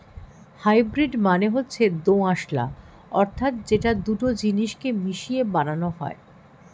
hybrid মানে হচ্ছে দোআঁশলা অর্থাৎ যেটা দুটো জিনিস কে মিশিয়ে বানানো হয়